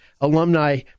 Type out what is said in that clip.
alumni